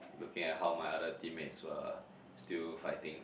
looking at how my other team mates were still fighting